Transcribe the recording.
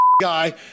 guy